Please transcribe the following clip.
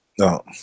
No